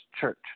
church